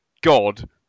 God